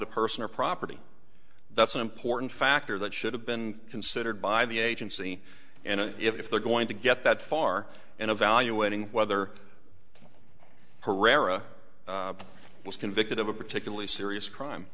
to person or property that's an important factor that should have been considered by the agency and if they're going to get that far in evaluating whether herrera was convicted of a particularly serious crime